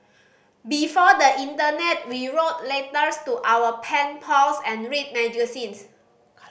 before the internet we wrote letters to our pen pals and read magazines